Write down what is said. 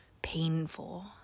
painful